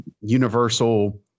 universal